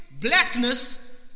Blackness